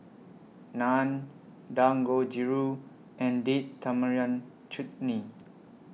Naan Dangojiru and Date Tamarind Chutney